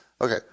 okay